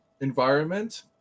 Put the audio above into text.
environment